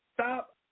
stop